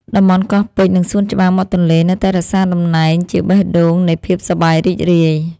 តំបន់កោះពេជ្រ និងសួនច្បារមាត់ទន្លេ នៅតែរក្សាតំណែងជាបេះដូងនៃភាពសប្បាយរីករាយ។